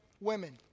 women